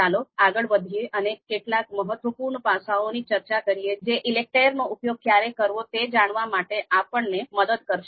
ચાલો આગળ વધીએ અને કેટલાક મહત્વપૂર્ણ પાસાઓની ચર્ચા કરીએ જે ઈલેકટેર નો ઉપયોગ ક્યારે કરવો તે જાણવા માટે આપણને મદદ કરશે